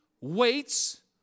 waits